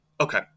Okay